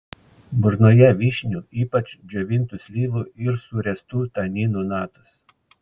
burnoje vyšnių ypač džiovintų slyvų ir suręstų taninų natos